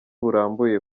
burambuye